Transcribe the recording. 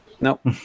Nope